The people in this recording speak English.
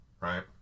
right